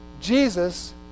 Jesus